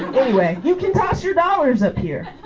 anyway you can toss your dollars up here